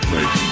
Make